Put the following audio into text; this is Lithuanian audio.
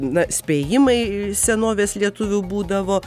na spėjimai senovės lietuvių būdavo